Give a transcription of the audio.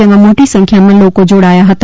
જેમાં મોટી સંખ્યામાં લોકો જોડાયા હતા